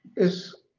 is